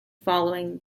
following